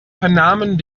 vernahmen